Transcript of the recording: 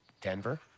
Denver